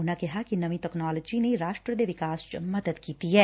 ਉਨੂਾ ਕਿਹਾ ਕਿ ਨਵੀਂ ਤਕਨਾਲੋਜੀ ਨੇ ਰਾਸ਼ਟਰ ਦੇ ਵਿਕਾਸ ਚ ਮਦਦ ਕੀਤੀ ਐ